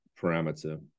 parameter